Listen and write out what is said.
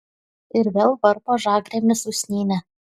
ir vėl varpo žagrėmis usnynę